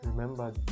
Remember